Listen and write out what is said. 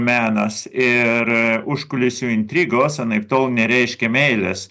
menas ir užkulisių intrigos anaiptol nereiškia meilės